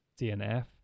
DNF